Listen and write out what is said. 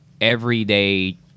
everyday